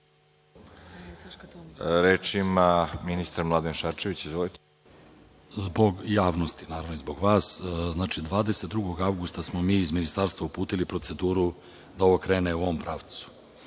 Reč ima ministar Mlade Šarčević. Izvolite. **Mladen Šarčević** Zbog javnosti i zbog vas, 22. avgusta smo mi iz ministarstva uputili proceduru da ovo krene u ovom pravcu.